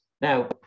Now